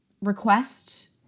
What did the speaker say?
request